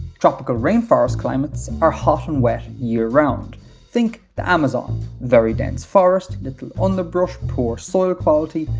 tropical rainforest climates are hot and wet year-round think the amazon very dense forest, little underbrush, poor soil quality,